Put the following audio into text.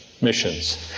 missions